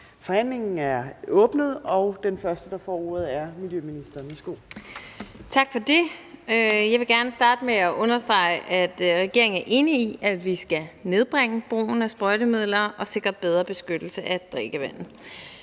Forhandlingen er åbnet. Den første, der får ordet, er miljøministeren. Værsgo. Kl. 17:51 Miljøministeren (Lea Wermelin): Tak for det. Jeg vil gerne starte med at understrege, at regeringen er enig i, at vi skal nedbringe brugen af sprøjtemidler og sikre bedre beskyttelse af drikkevandet.